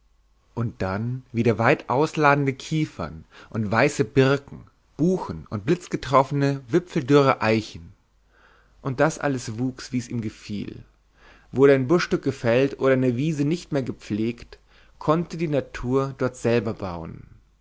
und dann wieder weitausladende kiefern und weiße birken buchen und blitzgetroffene wipfeldürre eichen und das alles wuchs wie's ihm gefiel wurde ein buschstück gefällt oder eine wiese nicht mehr gepflegt so konnte dienatur dort selber bauen